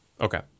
Okay